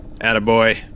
Attaboy